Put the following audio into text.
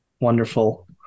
Wonderful